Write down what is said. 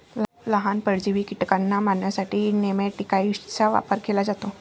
लहान, परजीवी कीटकांना मारण्यासाठी नेमॅटिकाइड्सचा वापर केला जातो